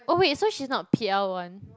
oh wait so she's not p_l one